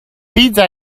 pizza